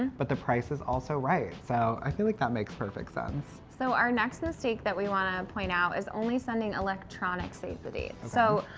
but the price is also right. so, i feel like that makes perfect sense. so, our next mistake that we want to point out is only sending electronic save the dates. so,